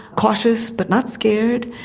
cautious but not scared,